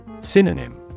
Synonym